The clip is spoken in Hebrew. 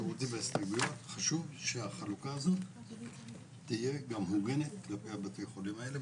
חשוב שהחלוקה הזאת תהיה גם הוגנת כלפי בתי החולים האלה,